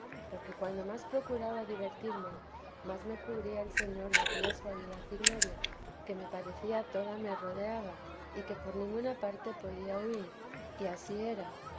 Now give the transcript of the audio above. porque cuando más procuraba divertirme más me cubría el señor de aquella suavidad y gloria que me parecía toda me rodeaba y que por ninguna parte podía huir y ansí era